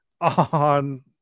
on